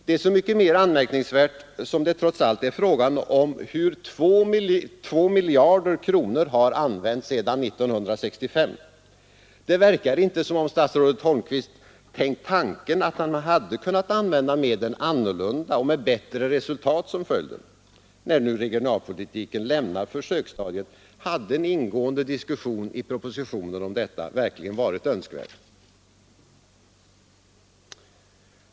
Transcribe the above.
Det är så mycket mer anmärkningsvärt som det trots allt är fråga om hur 2 miljarder kronor har använts sedan 1965. Det verkar inte som om statsrådet Holmqvist tänkt tanken, att man hade kunnat använda medlen annorlunda med bättre resultat som följd. När nu regionalpolitiken lämnar försöksstadiet hade en ingående diskussion i propositionen om detta verkligen varit önskvärd.